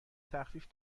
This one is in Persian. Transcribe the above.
تخفیف